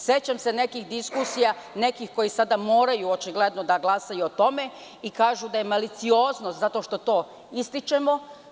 Sećam se diskusija nekih koji sada moraju očigledno da glasaju o tome i kažu da je malicioznost zato što to ističemo.